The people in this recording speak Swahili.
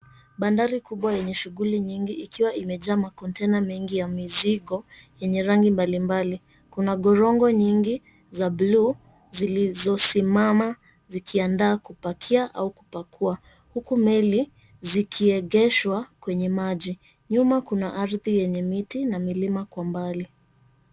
Bandari kubwa yenye shughuli nyingi ikiwa imejaa makontena mengi ya mizigo yenye rangi mbalimbali. Kuna gorongo nyingi za buluu zilizosimama zikiandaa kupakia au kupakuwa huku meli zikiegeshwa kwenye maji. Nyuma kuna ardhi yenye miti na milima kwa mbali.